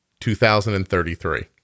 2033